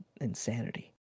insanity